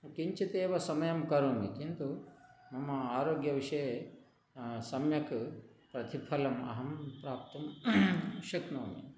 किञ्चिदेव समयं करोमि किन्तु मम आरोग्यविषये सम्यक् प्रतिफलम् अहं प्राप्तुं शक्नोमि